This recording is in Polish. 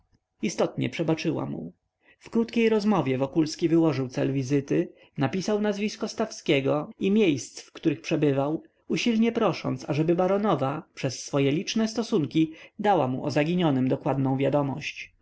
istotnie przebaczyła mu w krótkiej rozmowie wokulski wyłożył cel wizyty napisał nazwisko stawskiego i miejsc w których przebywał usilnie prosząc ażeby baronowa przez swoje liczne stosunki dała mu o zaginionym dokładną wiadomość